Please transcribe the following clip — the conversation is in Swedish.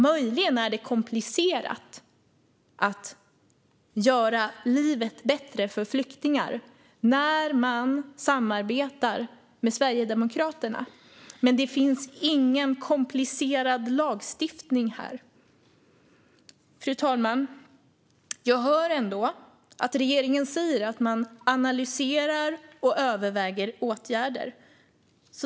Möjligen är det komplicerat att göra livet bättre för flyktingar när man samarbetar med Sverigedemokraterna, men det finns ingen komplicerad lagstiftning här. Fru talman! Jag hör ändå att regeringen säger att man analyserar och överväger åtgärder.